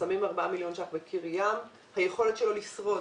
כששמים 4 מיליון ש"ח בקיר ים היכולת שלו לשרוד